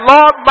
Lord